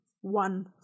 one